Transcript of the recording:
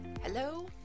Hello